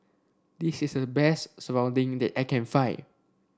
this is the best Serunding that I can find